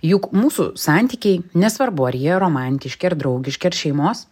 juk mūsų santykiai nesvarbu ar jie romantiški ar draugiški ar šeimos